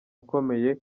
ukomeye